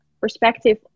perspective